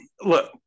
look